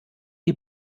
die